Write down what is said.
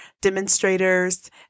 demonstrators